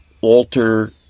alter